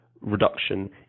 reduction